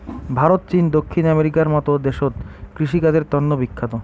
ভারত, চীন, দক্ষিণ আমেরিকার মত দেশত কৃষিকাজের তন্ন বিখ্যাত